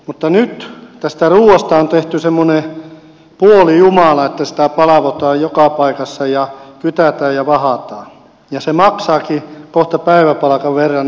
mutta nyt tästä ruuasta on tehnyt semmoinen puolijumala että sitä palvotaan joka paikassa ja kytätään ja vahdataan ja se maksaakin kohta päiväpalkan verran yksi annos